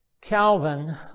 Calvin